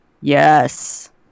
Yes